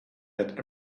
that